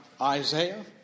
Isaiah